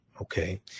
Okay